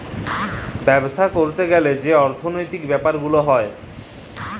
বাপ্সা ক্যরতে গ্যালে যে অর্থলৈতিক ব্যাপার গুলা হ্যয়